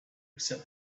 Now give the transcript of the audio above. except